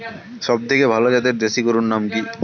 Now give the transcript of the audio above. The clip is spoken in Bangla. সবথেকে ভালো জাতের দেশি গরুর নাম কি?